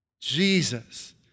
Jesus